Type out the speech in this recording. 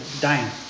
dying